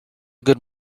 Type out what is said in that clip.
good